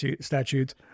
statutes